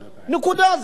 נקודה.